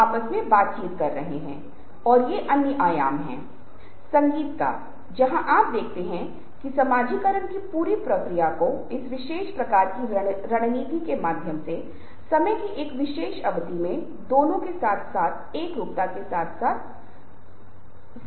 इसलिए अच्छी तरह से मैं अपने बारे में बात कर सकता हूं लेकिन अगर मैं इसे दूसरे व्यक्ति के साथ एक महत्वपूर्ण तरीके से जोड़ने में सक्षम हूं जो प्रासंगिक हो जाता है